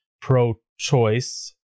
pro-choice